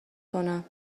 کنم